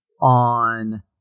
on